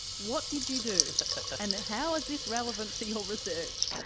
what did you do and how is this relevant to your research?